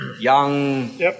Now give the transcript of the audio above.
young